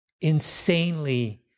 insanely